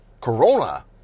Corona